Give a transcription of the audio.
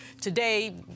today